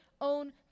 own